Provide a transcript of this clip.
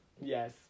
yes